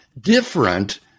different